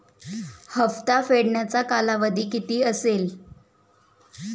हप्ता फेडण्याचा कालावधी किती असेल?